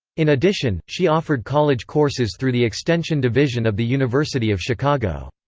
in addition, she offered college courses through the extension division of the university of chicago.